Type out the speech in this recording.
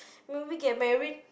when get married